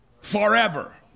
forever